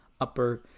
upper